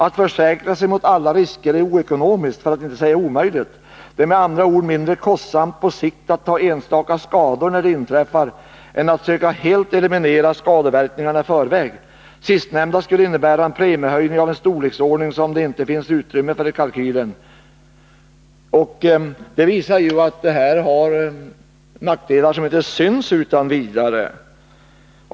Att försäkra sig mot alla risker är oekonomiskt, för att inte säga omöjligt. Det är med andra ord mindre kostsamt på sikt att ta enstaka skador, när de inträffar, än att söka helt eliminera skadeverkningarna i förväg. Sistnämnda skulle innebära en premiehöjning av en storleksordning, som det inte finns utrymme för i kalkylen.” Detta visar att fjällflyget har nackdelar som inte syns utan vidare.